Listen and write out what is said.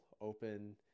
open